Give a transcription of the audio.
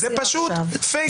זה פשוט פייק.